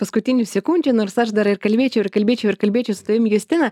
paskutinių sekundžių nors aš dar ir kalbėčiau ir kalbėčiau ir kalbėčiau su tavim justina